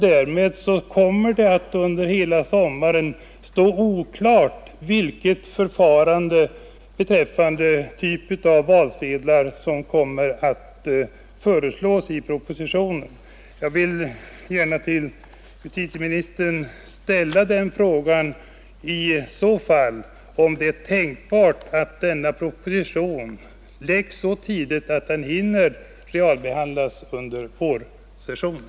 Därmed kommer det att under hela sommaren stå oklart vilket förfarande beträffande typ av valsedlar som kommer att beslutas av riksdagen. Jag vill till justitieministern ställa frågan om det är tänkbart att denna proposition framläggs så tidigt att den hinner realbehandlas under vårsessionen.